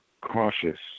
cautious